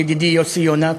ידידי יוסי יונה,